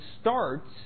starts